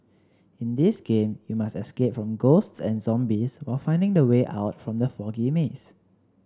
in this game you must escape from ghosts and zombies while finding the way out from the foggy maze